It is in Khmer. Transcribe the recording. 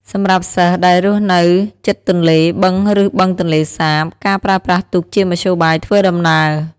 សម្រាប់សិស្សដែលរស់នៅជិតទន្លេ បឹងឬបឹងទន្លេសាប ការប្រើប្រាស់ទូកជាមធ្យោបាយធ្វើដំណើរ។